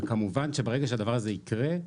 וכמובן שברגע שהדבר הזה יקרה,